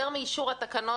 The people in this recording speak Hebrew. יותר מאישור התקנות,